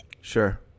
Sure